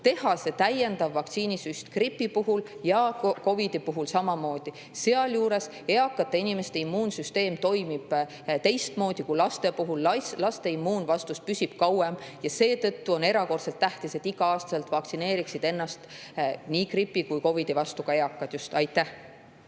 teha see täiendav vaktsiinisüst gripi puhul ja COVID-i puhul samamoodi. Sealjuures eakate inimeste immuunsüsteem toimib teistmoodi kui lastel. Laste immuunvastus püsib kauem ja seetõttu on erakordselt tähtis, et iga-aastaselt vaktsineeriksid ennast nii gripi kui COVID-i vastu ka eakad. Aitäh!